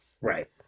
right